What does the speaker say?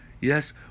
Yes